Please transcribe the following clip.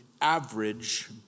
average